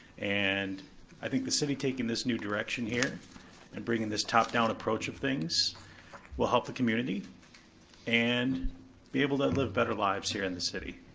and i think the city taking this new direction here and bringing this top-down approach of things will help the community and be able to live better lives here in the city.